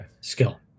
Skill